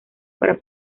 para